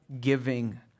giving